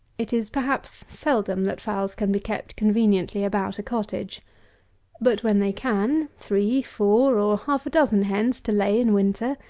it is, perhaps, seldom that fowls can be kept conveniently about a cottage but when they can, three, four, or half a dozen hens to lay in winter,